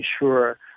ensure